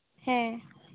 ᱦᱮᱸ